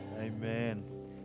Amen